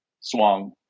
swung